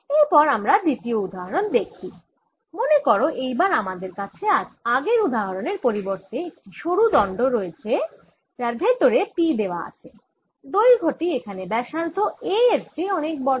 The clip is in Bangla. এর পর আমরা দ্বিতীয় উদাহরণ দেখি মনে করো এই বার আমাদের কাছে আগের উদাহরণের পরিবর্তে একটা সরু দণ্ড রয়েছে যার ভেতরে P দেওয়া আছে দৈর্ঘ্যটি এখানে ব্যাসার্ধ a এর চেয়ে অনেক বড়